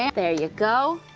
and there ya go.